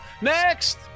Next